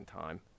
time